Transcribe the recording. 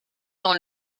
dans